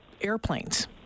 airplanes